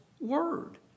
word